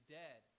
dead